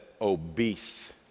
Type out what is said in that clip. obese